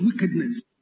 wickedness